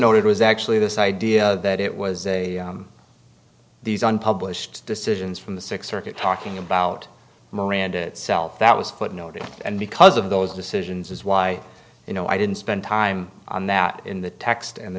footnoted was actually this idea that it was a these unpublished decisions from the sixth circuit talking about miranda itself that was footnoted and because of those decisions is why you know i didn't spend time on that in the text and the